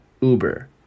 Uber